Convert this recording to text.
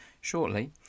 shortly